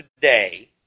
today